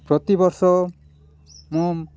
ପ୍ରତିବର୍ଷ ମୁଁ